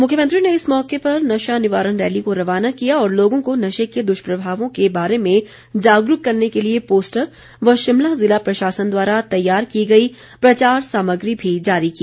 मुख्यमंत्री ने इस मौके नशा निवारण रैली को रवाना किया और लोगों को नशे के दुष्प्रभावों के बारे में जागरूक करने के लिए पोस्टर व शिमला जिला प्रशासन द्वारा तैयार की गई प्रचार सामग्री भी जारी की